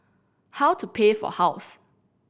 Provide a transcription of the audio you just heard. how to pay for house